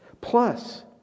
Plus